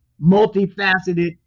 multifaceted